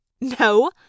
No